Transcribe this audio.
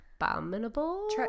abominable